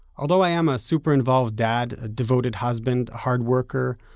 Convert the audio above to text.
although i am a super involved dad, a devoted husband, a hard worker,